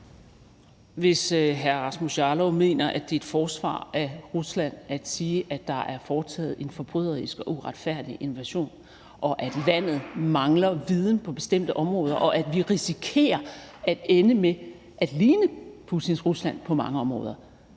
Hvis hr. Rasmus Jarlov mener, at det er et forsvar af Rusland at sige, at der er foretaget en forbryderisk og uretfærdig invasion, og at landet mangler viden på bestemte områder, og at vi risikerer at ende med at ligne Putins Rusland på mange områder,